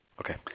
Okay